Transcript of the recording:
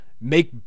make